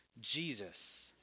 Jesus